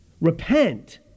Repent